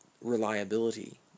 reliability